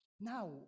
Now